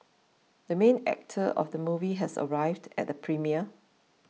the main actor of the movie has arrived at the premiere